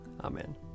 Amen